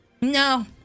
No